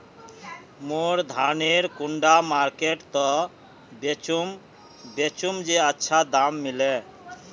मोर धानेर कुंडा मार्केट त बेचुम बेचुम जे अच्छा दाम मिले?